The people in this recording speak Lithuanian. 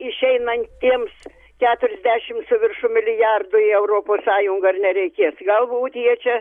išeinantiems keturiasdešim su viršum milijardų į europos sąjungą ar nereikės galbūt jie čia